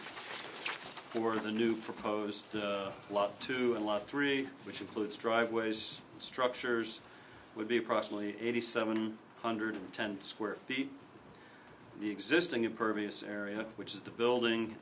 of the new proposed law to unlock three which includes driveways structures would be approximately eighty seven hundred ten square feet the existing impervious area which is the building